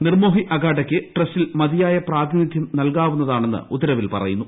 നിർമോഹി അഖാഡയ്ക്ക് ട്രസ്റ്റിൽ മതിയായ പ്രാതിനിധ്യം നൽകാവുന്നതാണെന്ന് ഉത്തരവിൽ പറയുന്നു